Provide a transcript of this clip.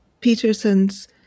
Peterson's